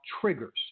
triggers